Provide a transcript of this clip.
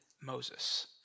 Moses